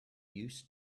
used